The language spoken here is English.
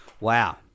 wow